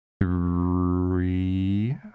three